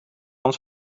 van